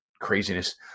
craziness